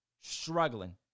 struggling